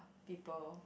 people